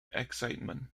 excitement